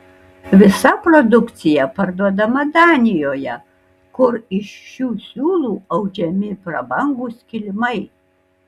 visa produkcija parduodama danijoje kur iš šių siūlų audžiami prabangūs kilimai